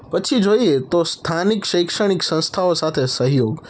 પછી જોઈએ તો સ્થાનિક શૈક્ષણિક સંસ્થાઓ સાથે સહયોગ